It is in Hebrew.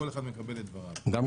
כול אחד מקבל זמן לדבר.